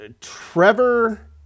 Trevor